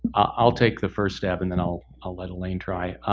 i'll take the first stab, and then i'll ah let elaine try.